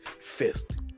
first